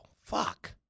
Fuck